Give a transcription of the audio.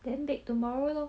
then bake tomorrow loh